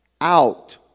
out